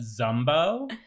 Zumbo